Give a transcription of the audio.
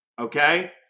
Okay